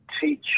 teach